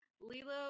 lilo